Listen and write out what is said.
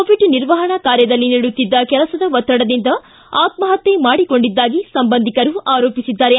Covid ನಿರ್ವಹಣಾ ಕಾರ್ಯದಲ್ಲಿ ನೀಡುತ್ತಿದ್ದ ಕೆಲಸದ ಒತ್ತಡದಿಂದ ಆತ್ಮಹತ್ಯ ಮಾಡಿಕೊಂಡಿದ್ದಾಗಿ ಸಂಬಂಧಿಕರು ಆರೋಪಿಸಿದ್ದಾರೆ